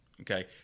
Okay